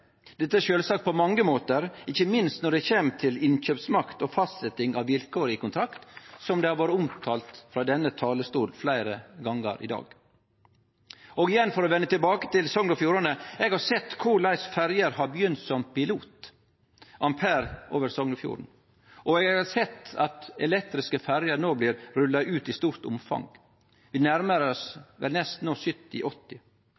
sjølvsagt på mange måtar, ikkje minst når det kjem til innkjøpsmakt og fastsetjing av vilkår i kontrakt, noko som har vore omtalt frå denne talarstolen fleire gonger i dag. Igjen, for å vende tilbake til Sogn og Fjordane: Eg har sett korleis ferjer har begynt som pilot, f.eks. «Ampere» over Sognefjorden, og eg har sett at elektriske ferjer no blir rulla ut i stort omfang – vi nærmar